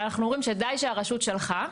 אנחנו אומרים שדי שהרשות שלחה,